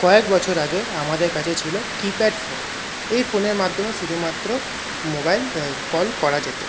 কয়েক বছর আগে আমাদের কাছে ছিলো কিপ্যাড ফোন এই ফোনের মাধ্যমে শুধুমাত্র মোবাইল কল করা যেতো